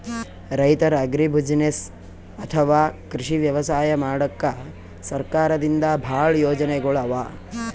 ರೈತರ್ ಅಗ್ರಿಬುಸಿನೆಸ್ಸ್ ಅಥವಾ ಕೃಷಿ ವ್ಯವಸಾಯ ಮಾಡಕ್ಕಾ ಸರ್ಕಾರದಿಂದಾ ಭಾಳ್ ಯೋಜನೆಗೊಳ್ ಅವಾ